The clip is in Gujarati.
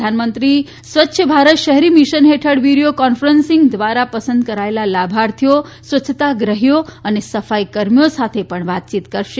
પ્રધાનમંત્રી સ્વચ્છ ભારત શહેરી મિશન હેઠળ વિડીયો કોન્ફરન્સ દ્વારા પસંદ કરેલા લાભાર્થીઓ સ્વચ્છાગ્રહીઓ અને સફાઇકાર્મીઓ સાથે પણ વાતચીત કરશે